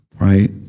right